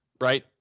right